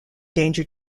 danger